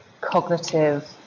cognitive